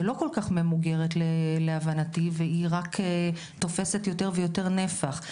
שלא כל כך ממוגרת להבנתי והיא רק תופסת יותר ויותר נפח.